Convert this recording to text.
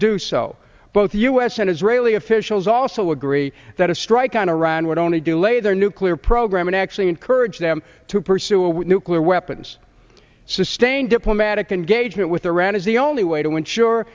do so both u s and israeli officials also agree that a strike on iran would only do lay their nuclear program and actually encourage them to pursue a nuclear weapons sustained diplomatic engagement with iran is the only way to ensure